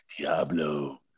Diablo